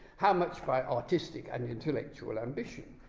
how much by artistic and intellectual ambition.